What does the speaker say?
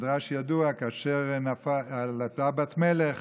מדרש ידוע על אותה בת כפרי,